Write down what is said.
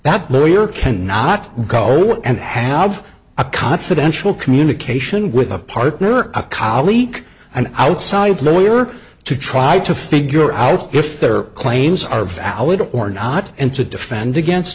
that lawyer can not go and have a confidential communication with a partner or a colleague an outside lawyer to try to figure out if their claims are valid or not and to defend against